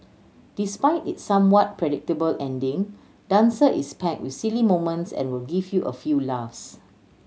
despite its somewhat predictable ending dancer is packed with silly moments and will give you a few laughs